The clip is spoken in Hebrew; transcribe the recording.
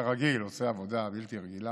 שכרגיל עושה עבודה בלתי רגילה,